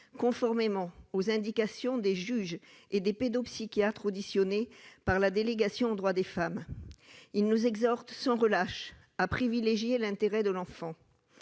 conformément aux indications des juges et des pédopsychiatres auditionnés par la délégation aux droits des femmes, qui nous exhortent sans relâche à privilégier l'intérêt de l'enfant.